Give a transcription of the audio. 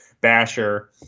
Basher